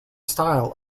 style